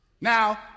Now